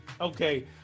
Okay